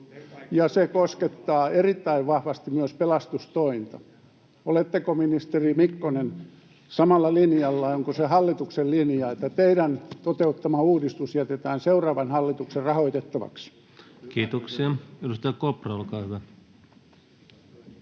se koskettaa erittäin vahvasti myös pelastustointa. Oletteko, ministeri Mikkonen, samalla linjalla, ja onko se hallituksen linja, että teidän toteuttamanne uudistus jätetään seuraavan hallituksen rahoitettavaksi? [Speech 60] Speaker: